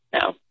No